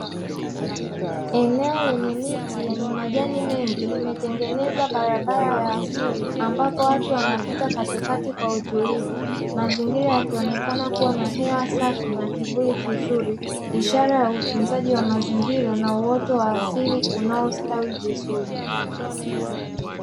Eneo lenye miti yenye majani mengi limetengeneza barabara ya asili ambapo watu wanapita katikati kwa utulivu, mazingira yakionekana kuwa na hewa safi na kuvuli kizuri, ishara ya utunzaji wa mazingira na uoto wa asili unaostawi vizuri.